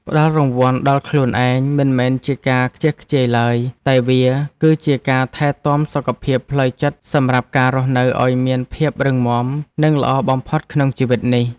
ផ្ដល់រង្វាន់ដល់ខ្លួនឯងមិនមែនជាការខ្ជះខ្ជាយឡើយតែវាគឺជាការថែទាំសុខភាពផ្លូវចិត្តសម្រាប់ការរស់នៅឱ្យមានភាពរឹងមាំនិងល្អបំផុតក្នុងជីវិតនេះ។